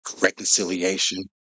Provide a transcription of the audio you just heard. reconciliation